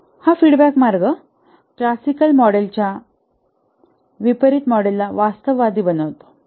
हा फीडबॅक मार्ग क्लासिकल मॉडेलच्या विपरीत मॉडेलला वास्तववादी बनवतो